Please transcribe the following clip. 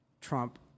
Trump